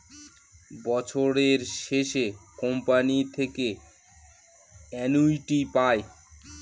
বছরের শেষে কোম্পানি থেকে অ্যানুইটি পায়